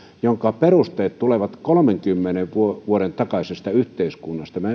jonka perusteet tulevat kolmenkymmenen vuoden takaisesta yhteiskunnasta minä